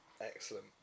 Excellent